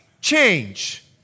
change